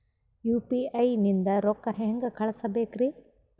UPI ನಿಂದ ರೊಕ್ಕ ಹೆಂಗ ಕಳಸಬೇಕ್ರಿ?